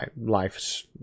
life's